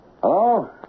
Hello